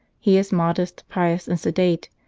he is modest, pious, and sedate,